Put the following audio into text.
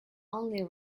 only